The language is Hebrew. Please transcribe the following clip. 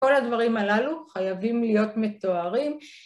‫כל הדברים הללו חייבים להיות מתוארים.